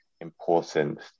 important